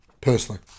personally